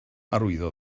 arwyddo